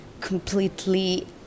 completely